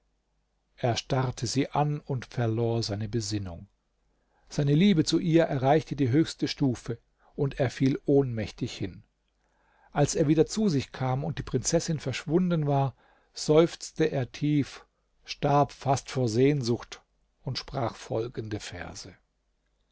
er starrte sie an und verlor seine besinnung seine liebe zu ihr erreichte die höchste stufe und er fiel ohnmächtig hin als er wieder zu sich kam und die prinzessin verschwunden war seufzte er tief starb fast vor sehnsucht und sprach folgende verse